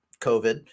COVID